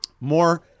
More